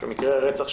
שהוא מקרה רצח,